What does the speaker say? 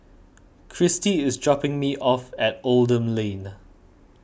Kristy is dropping me off at Oldham Lane